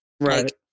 right